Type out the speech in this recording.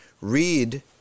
Read